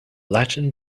latin